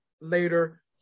later